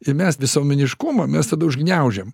ir mes visuomeniškumą mes tada užgniaužiam